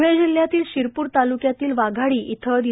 धुळे जिल्ह्यातील शिरपूर तालुक्यातील वाघाडी इथं दि